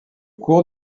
cours